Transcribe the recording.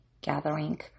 gathering